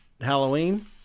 halloween